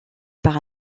par